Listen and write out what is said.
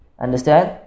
Understand